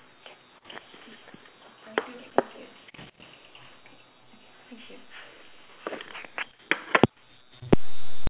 thank you